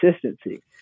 consistency